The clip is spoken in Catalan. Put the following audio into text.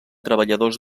treballadors